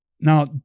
Now